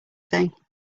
thing